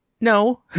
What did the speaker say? No